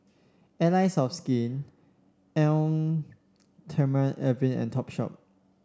Allies of Skin Eau Thermale Avene and Topshop